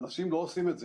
אנשים לא עושים את זה.